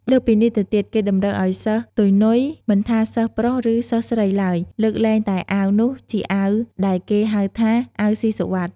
លើសពីនេះទៅទៀត គេតម្រូវអោយសិស្ស ទុយនុយ មិនថាសិស្សប្រុសឬ សិស្សស្រីឡើយ លើកលែងតែអាវនោះជាអាវ ដែលគេហៅថា អាវស៊ីសុវិត្ថ។